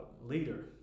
leader